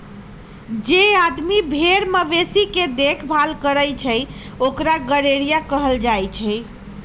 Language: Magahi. जे आदमी भेर मवेशी के देखभाल करई छई ओकरा गरेड़िया कहल जाई छई